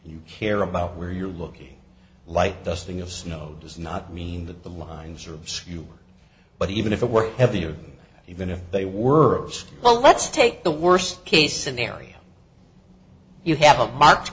you care about where you're looking light dusting of snow does not mean that the lines are obscure but even if it were heavier even if they were well let's take the worst case scenario you have a march